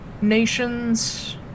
nations